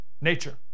nature